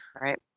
Right